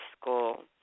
school